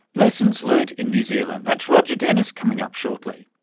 lessons learnt in new zealand. that's roger dennis, coming up shortly.